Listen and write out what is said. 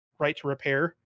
right-to-repair